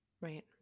right